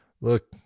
look